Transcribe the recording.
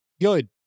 Good